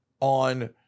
on